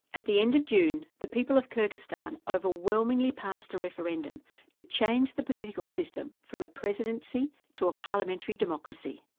at the end of june, the people of kyrgyzstan overwhelmingly passed a referendum to change the political system from a presidency to a parliamentary democracy.